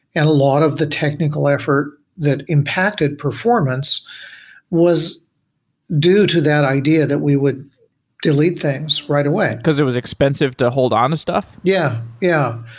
and a lot of the technical effort that impacted performance was due to that idea that we would delete things right away because it was expensive to hold on to stuff? yeah. yeah,